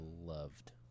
loved